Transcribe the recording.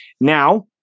Now